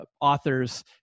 authors